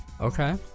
Okay